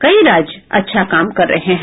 कई राज्य अच्छा काम कर रहे हैं